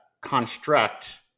construct